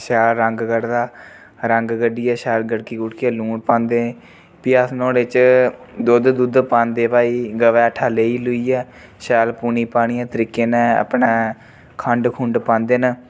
शैल रंग कढदा रंग कड्ढियै शैल गढ़की गुड़कियै लून पांदे फ्ही अस नुहाड़े च दुद्ध दद्ध पांदे भई गवां हेठा लेई लुइयै शैल पुनी पानियै तरीके कन्नै अपना खंड खुंड पांदे न